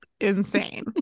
insane